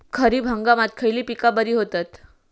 खरीप हंगामात खयली पीका बरी होतत?